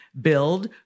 Build